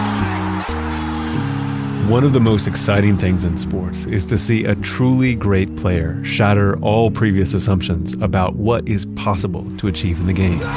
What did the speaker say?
um one of the most exciting things in sports is to see a truly great player shatter all previous assumptions about what is possible to achieve in the game